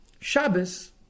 Shabbos